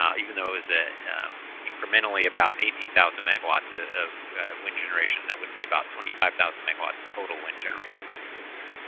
um even though it was ah incrementally about eighteen thousand megawatts ah of wind generation, that would be about twenty five thousand megawatts total wind generation on the system.